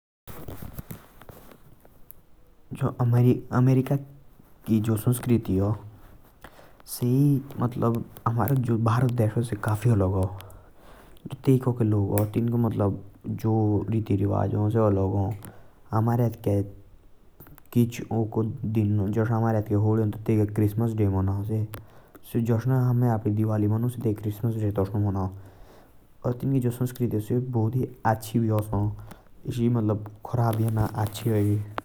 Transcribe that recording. अमेरिका के काफी अच्छी संस्कृति आ। जो कि भारत से काफी अलग आ। जस अमें होली मनौं। ता से क्रिसमस मनौं।